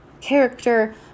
character